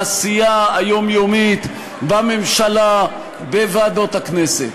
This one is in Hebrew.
בעשייה היומיומית בממשלה ובוועדות הכנסת,